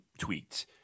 tweets